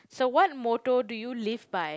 so what motto do you live by